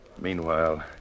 Meanwhile